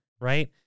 right